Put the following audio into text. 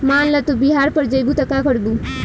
मान ल तू बिहार पड़ जइबू त का करबू